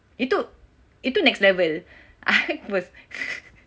itu itu next level I was